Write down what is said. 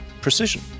precision